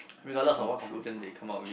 regardless of what conclusion they come up with